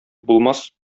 булмас